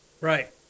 Right